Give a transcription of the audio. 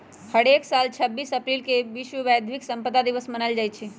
हरेक साल छब्बीस अप्रिल के विश्व बौधिक संपदा दिवस मनाएल जाई छई